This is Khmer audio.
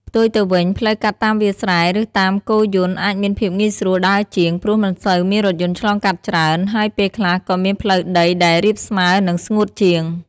ផ្ទុយទៅវិញ ផ្លូវកាត់តាមវាលស្រែ ឬតាមគោយន្តអាចមានភាពងាយស្រួលដើរជាង ព្រោះមិនសូវមានរថយន្តឆ្លងកាត់ច្រើន ហើយពេលខ្លះក៏មានផ្លូវដីដែលរាបស្មើ និងស្ងួតជាង។